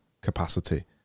capacity